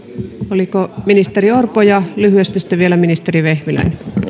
ministeri orpo ja sitten lyhyesti vielä ministeri vehviläinen